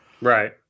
Right